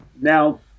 Now